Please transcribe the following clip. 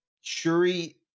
Shuri